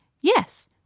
yes